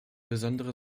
besondere